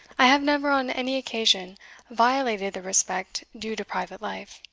i have never on any occasion violated the respect due to private life.